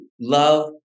love